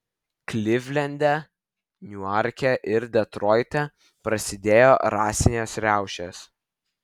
klivlende niuarke ir detroite prasidėjo rasinės riaušės